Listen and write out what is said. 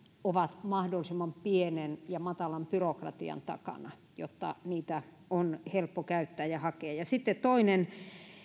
ovat mahdollisimman pienen ja matalan byrokratian takana jotta niitä on helppo käyttää ja hakea sitten toinen